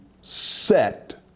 Set